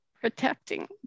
protecting